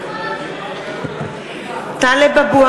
זבולון קלפה מסיר, כן, אכן.